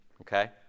Okay